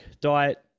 diet